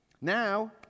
Now